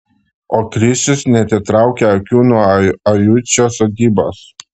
o krisius neatitraukia akių nuo ajučio sodybos